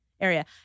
area